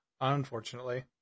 Unfortunately